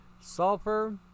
sulfur